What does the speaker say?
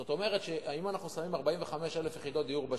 זאת אומרת שאם אנחנו שמים 45,000 יחידות דיור בשוק,